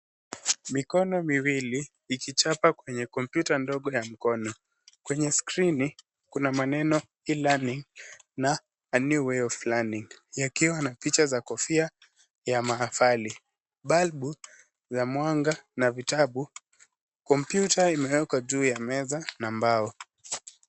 Mikono miwili ikichapa kwenye kompyuta ndogo ya mkono. Kwenye skrini, kuna maneno e-learning na a new way of learning , yakiwa na picha za kofia ya mahafali, balbu za mwanga na vitabu. Kompyuta imewekwa juu ya meza na mbao.